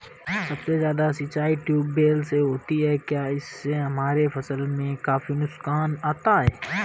सबसे ज्यादा सिंचाई ट्यूबवेल से होती है क्या इससे हमारे फसल में काफी नुकसान आता है?